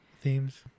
Themes